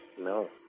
No